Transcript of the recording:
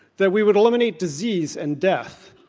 that we would eliminate disease and death.